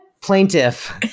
Plaintiff